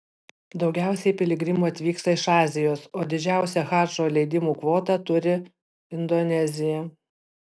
daugiausiai piligrimų atvyksta iš azijos o didžiausia hadžo leidimų kvotą turi indonezija